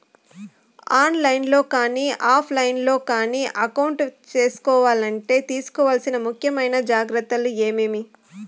On line లో కానీ offline లో కానీ అకౌంట్ సేసుకోవాలంటే తీసుకోవాల్సిన ముఖ్యమైన జాగ్రత్తలు ఏమేమి?